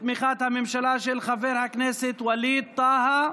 בתמיכת הממשלה, של חבר הכנסת ווליד טאהא.